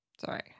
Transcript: sorry